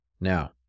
Now